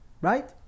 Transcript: right